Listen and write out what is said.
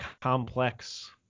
complex